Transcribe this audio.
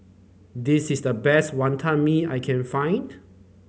this is the best Wonton Mee I can find